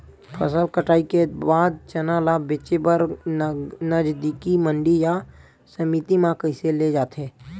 फसल कटाई के बाद चना ला बेचे बर नजदीकी मंडी या समिति मा कइसे ले जाथे?